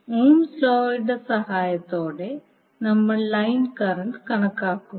Ohm's ലോയുടെ സഹായത്തോടെ നമ്മൾ ലൈൻ കറന്റ് കണക്കാക്കുന്നു